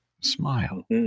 smile